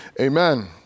amen